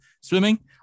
Swimming